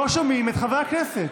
לא שומעים את חברי הכנסת.